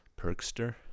perkster